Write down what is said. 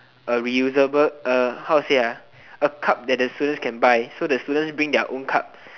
a reusable uh how to say ah a cup that the students can buy so the students bring their own cup